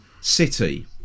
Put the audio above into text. City